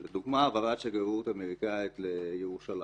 לדוגמה, העברת השגרירות האמריקאית לירושלים.